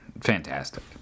fantastic